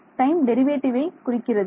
time டெரிவேட்டிவை குறிக்கிறது